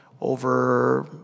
Over